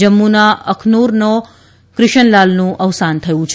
જમ્મુના અખનૂરનો ક્રીશનલાલનું અવસાન થયું છે